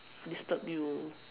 disturb you